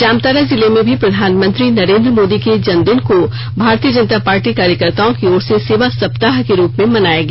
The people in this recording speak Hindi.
जामताड़ा जिले में भी प्रधानमंत्री नरेंद्र मोदी के जन्मदिन को भारतीय जनता पार्टी कार्यकर्त्ताओं की ओर से सेवा सप्ताह के रूप में मनाया गया